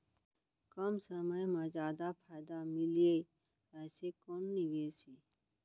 कम समय मा जादा फायदा मिलए ऐसे कोन निवेश हे?